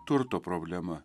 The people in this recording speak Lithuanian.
turto problema